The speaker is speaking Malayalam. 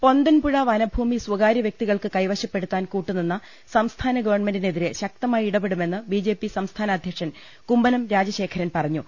പൊന്തൻപുഴ വനഭൂമി സ്ഥകാര്യ വൃക്തികൾക്ക് കൈവശപ്പെടു ത്താൻ കൂട്ടുനിന്ന സംസ്ഥാന ഗവൺമെന്റിനെതിരെ ശക്തമായി ഇട പെടുമെന്ന് ബിജെപി സംസ്ഥാന അധ്യക്ഷൻ കുമ്മനം രാജശേഖ രൻ പറഞ്ഞു